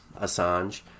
Assange